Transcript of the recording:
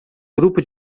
grupo